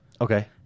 Okay